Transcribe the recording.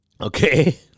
Okay